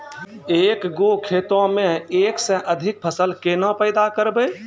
एक गो खेतो मे एक से अधिक फसल केना पैदा करबै?